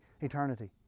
eternity